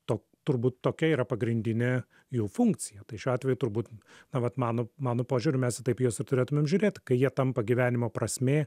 to turbūt tokia yra pagrindinė jų funkcija tai šiuo atveju turbūt vat mano mano požiūriu mes į taip juos ir turėtumėm žiūrėt kai jie tampa gyvenimo prasmė